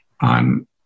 on